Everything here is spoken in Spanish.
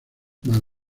mal